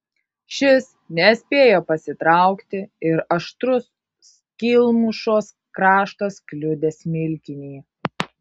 šis nespėjo pasitraukti ir aštrus skylmušos kraštas kliudė smilkinį